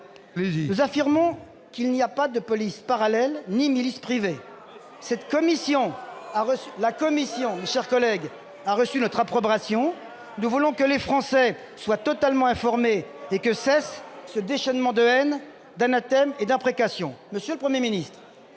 Nous affirmons qu'il n'y a ni police parallèle ni milice privée. La commission d'enquête a reçu notre approbation. Nous voulons que les Français soient totalement informés et que cesse ce déchaînement de haine, d'anathèmes et d'imprécations. Monsieur le Premier ministre,